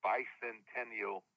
Bicentennial